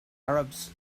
arabs